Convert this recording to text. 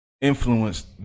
influenced